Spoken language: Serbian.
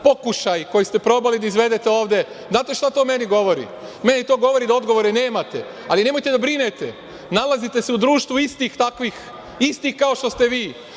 pokušaj koji ste probali da izvedete ovde, znate šta to meni govori? Meni to govori da odgovore nemate, ali nemojte da brinete, nalazite se u društvu istih takvih, istih kao što ste vi,